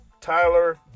Tyler